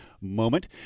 moment